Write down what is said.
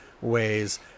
ways